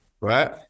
right